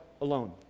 alone